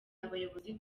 abayobozi